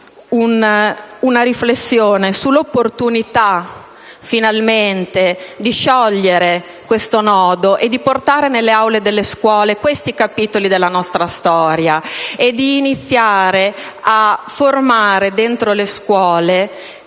una riflessione sull'opportunità di sciogliere finalmente questo nodo, di portare nelle aule scolastiche questi capitoli della nostra storia e di iniziare a formare dentro le scuole